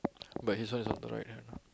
but he's one is on the right